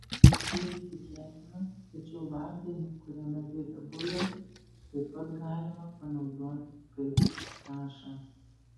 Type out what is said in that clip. neįtikėtina tačiau vandenį kuriame virė bulvės taip pat galima panaudoti kaip trąšą